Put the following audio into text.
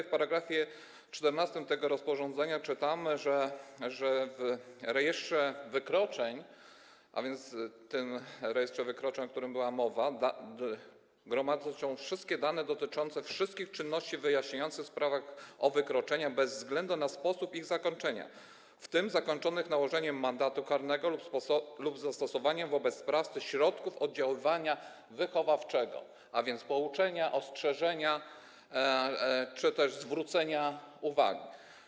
W § 14 tego rozporządzenia czytamy, że w rejestrze wykroczeń, a więc tym rejestrze, o którym była mowa, gromadzi się wszystkie dane dotyczące wszystkich czynności wyjaśniających w sprawach o wykroczenia bez względu na sposób ich zakończenia, w tym zakończonych nałożeniem mandatu karnego lub zastosowaniem wobec sprawcy środków oddziaływania wychowawczego, a więc pouczenia, ostrzeżenia czy też zwrócenia uwagi.